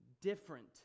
different